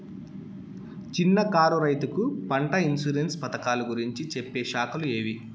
చిన్న కారు రైతుకు పంట ఇన్సూరెన్సు పథకాలు గురించి చెప్పే శాఖలు ఏవి?